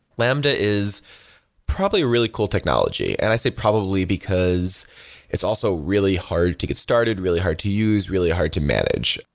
lambda is probably a really cool technology, and i say probably because it's also really hard to get started, really hard to use, really hard to manage.